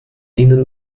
ihnen